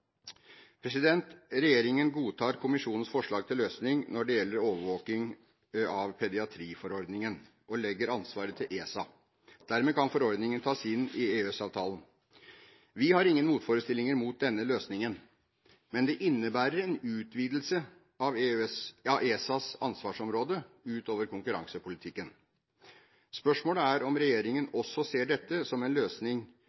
Regjeringen godtar kommisjonens forslag til løsning når det gjelder overvåking av pediatriforordningen, og legger ansvaret til ESA. Dermed kan forordningen tas inn i EØS-avtalen. Vi har ingen motforestillinger mot denne løsningen, men det innebærer en utvidelse av ESAs ansvarsområde, utover konkurransepolitikken. Spørsmålet er om regjeringen